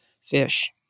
Fish